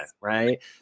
right